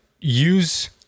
use